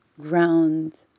ground